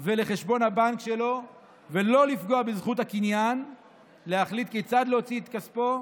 ולחשבון הבנק שלו ולא לפגוע בזכות הקניין להחליט כיצד להוציא את כספו,